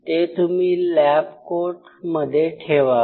ते तुम्ही लॅब कोटमध्ये ठेवावे